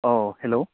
औ हेलौ